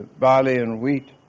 barley and wheat.